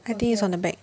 I think it's on the bag